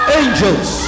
angels